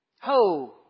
Ho